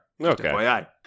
Okay